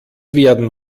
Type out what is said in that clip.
werden